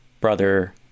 brother